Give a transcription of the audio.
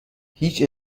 هیچ